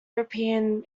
european